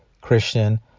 Christian